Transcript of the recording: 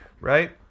Right